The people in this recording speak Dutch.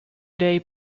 day